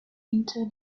into